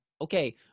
Okay